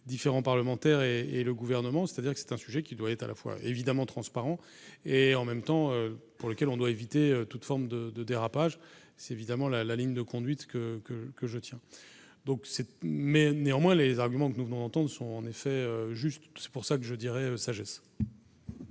différents parlementaires et et le gouvernement, c'est-à-dire que c'est un sujet qui doit être à la fois évidemment transparent et en même temps pour lequel on doit éviter toute forme de de dérapage, c'est évidemment la la ligne de conduite que que que je tiens donc cette mais néanmoins les arguments que nous venons d'entendre sont en effet juste, c'est pour ça que je dirais sagesse.